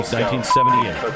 1978